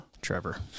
Trevor